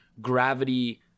gravity